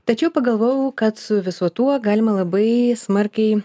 tačiau pagalvojau kad su visu tuo galima labai smarkiai